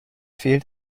fehlt